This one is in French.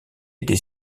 des